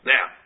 Now